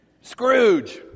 Scrooge